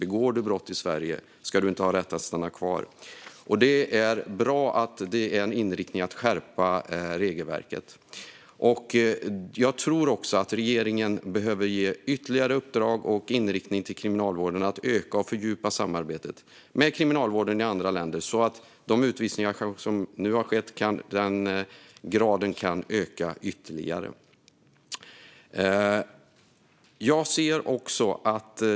Begår du brott i Sverige ska du inte ha rätt att stanna kvar. Det är bra att inriktningen är att skärpa regelverket. Jag tror också att regeringen behöver ge ytterligare uppdrag och inriktning till kriminalvården att öka och fördjupa samarbetet med kriminalvården i andra länder så att antalet utvisningar kan öka ytterligare jämfört med vad som nu har skett.